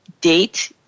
date